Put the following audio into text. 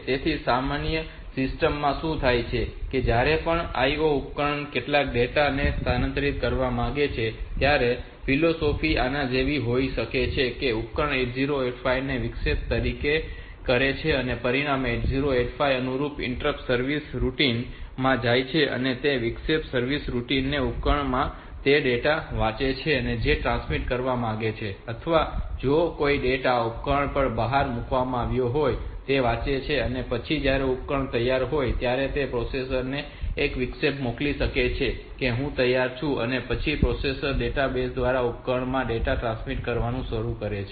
તેથી સામાન્ય સિસ્ટમ માં શું થાય છે કે જ્યારે પણ IO ઉપકરણ કેટલાક ડેટા ને સ્થાનાંતરિત કરવા માંગે છે ત્યારે ફિલસૂફી આના જેવી હોઈ શકે છે કે ઉપકરણ 8085 ને વિક્ષેપિત કરે છે અને તેના પરિણામે 8085 અનુરૂપ ઇન્ટરપ્ટ સર્વિસ રૂટીન માં જાય છે અને તે વિક્ષેપિત સર્વિસ રૂટિન તે ઉપકરણમાંથી તે ડેટા વાંચે છે જે તે ટ્રાન્સમિટ કરવા માંગે છે અથવા જો કોઈ ડેટા ઉપકરણ પર બહાર મૂકવાનો હોય તો તેને વાંચે છે અને પછી જ્યારે ઉપકરણ તૈયાર હોય ત્યારે તે પ્રોસેસર ને એક વિક્ષેપ મોકલી શકે છે કે હું તૈયાર છું અને પછી પ્રોસેસર ડેટાબેઝ દ્વારા ઉપકરણમાં ડેટા ટ્રાન્સમિટ કરવાનું શરૂ કરી શકે છે